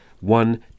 one